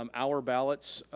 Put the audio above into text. um our ballots,